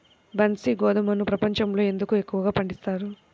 బన్సీ గోధుమను ప్రపంచంలో ఎందుకు ఎక్కువగా పండిస్తారు?